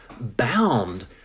bound